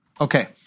okay